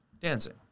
Dancing